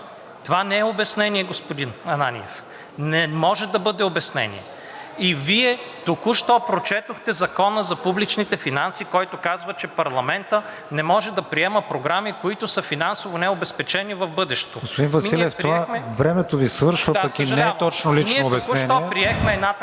Това не е обяснение, господин Ананиев. Не може да бъде обяснение. И Вие току-що прочетохте Закона за публичните финанси, който казва, че парламентът не може да приема програми, които са финансово необезпечени в бъдеще. ПРЕДСЕДАТЕЛ КРИСТИАН ВИГЕНИН: Господин Василев, времето Ви свършва, пък и не е точно лично обяснение.